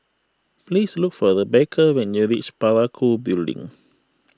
please look for Rebecca when you reach Parakou Building